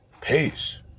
Peace